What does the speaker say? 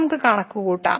നമുക്ക് കണക്കുകൂട്ടാം